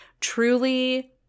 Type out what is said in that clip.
truly